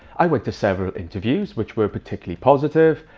i went to several interviews, which were particularly positive.